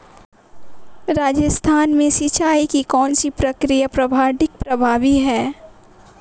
राजस्थान में सिंचाई की कौनसी प्रक्रिया सर्वाधिक प्रभावी है?